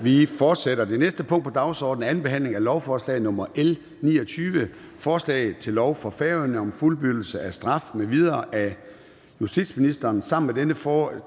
for det. --- Det næste punkt på dagsordenen er: 12) 2. behandling af lovforslag nr. L 29: Forslag til lov for Færøerne om fuldbyrdelse af straf m.v. Af justitsministeren (Peter Hummelgaard).